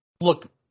look –